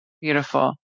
beautiful